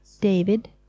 David